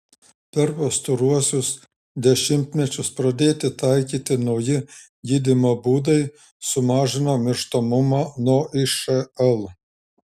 per pastaruosius dešimtmečius pradėti taikyti nauji gydymo būdai sumažino mirštamumą nuo išl